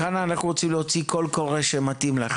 חנה אנחנו רוצים להוציא קול קורא שמתאים לך,